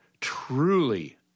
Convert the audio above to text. truly